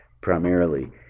primarily